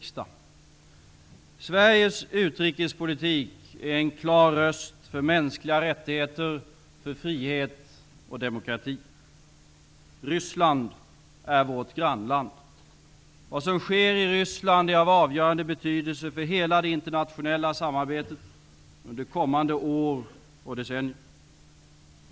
Sveriges utrikespolitik är en klar röst för mänskliga rättigheter, frihet och demokrati. Ryssland är vårt grannland. Vad som sker i Ryssland är av avgörande betydelse för hela det internationella samarbetet under kommande år och decennier.